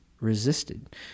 resisted